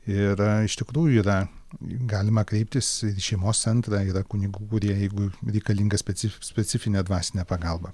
yra iš tikrųjų yra galima kreiptis į šeimos centrą yra kunigų kurie jeigu reikalinga specif specifinė dvasinė pagalba